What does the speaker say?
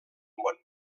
món